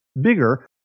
bigger